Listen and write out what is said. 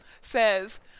says